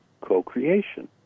co-creation